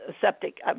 septic